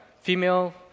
female